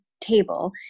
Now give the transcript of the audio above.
table